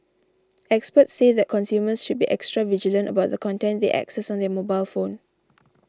experts say that consumers should be extra vigilant about the content they access on their mobile phone